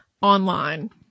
online